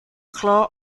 claw